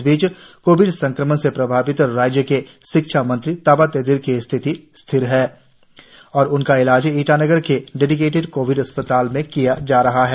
इस बीच कोविड संक्रमण से प्रभावित राज्य के शिक्षा मंत्री ताबा तेदिर की स्थिति स्थिर है और उनका इलाज ईटानगर के डेडिकेटेड कोविड अस्पताल में किया जा रहा है